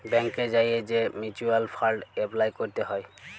ব্যাংকে যাঁয়ে যে মিউচ্যুয়াল ফাল্ড এপলাই ক্যরতে হ্যয়